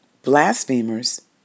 Blasphemers